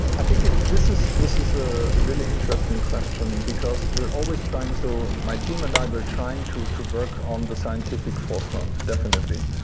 i think, ah this is this is a really interesting question, because we're always trying so my team and i, we're trying to to work on the scientific forefront definitely.